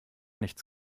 nichts